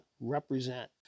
represent